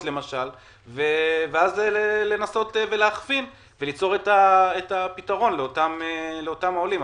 ואז לנסות להכווין ליצור את הפתרון לאותם עולים.